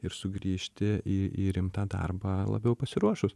ir sugrįžti į į rimtą darbą labiau pasiruošus